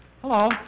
Hello